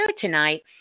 tonight